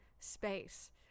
space